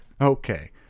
okay